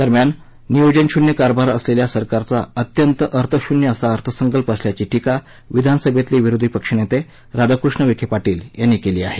दरम्यान नियोजनशून्य कारभार असलेल्या सरकारचा अत्यंत अर्थशून्य असा अर्थसंकल्प असल्याची टीका विधानसभेतले विरोधी पक्षनेते राधाकृष्ण विखेपाटील यांनी केली आहे